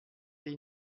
est